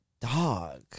Dog